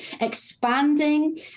expanding